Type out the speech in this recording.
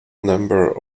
number